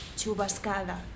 Chubascada